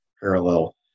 parallel